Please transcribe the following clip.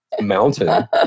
mountain